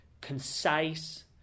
concise